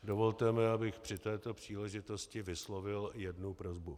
Dovolte mi, abych při této příležitosti vyslovil jednu prosbu.